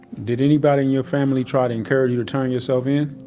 did anybody in your family try to encourage you to turn yourself in?